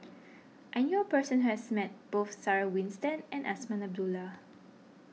I knew a person who has met both Sarah Winstedt and Azman Abdullah